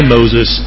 Moses